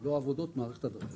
לא העבודות, אלא מערכת הדרכים.